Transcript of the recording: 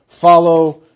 follow